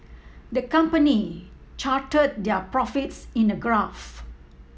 the company charted their profits in a graph